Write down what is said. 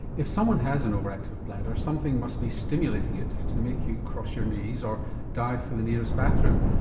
if someone has an overactive bladder something must be stimulating it to make you cross your knees or dive for the nearest bathroom.